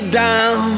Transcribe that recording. down